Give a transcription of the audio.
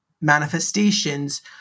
manifestations